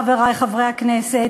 חברי חברי הכנסת,